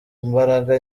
mbaraga